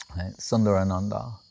Sundarananda